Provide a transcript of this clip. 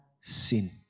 sin